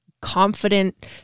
confident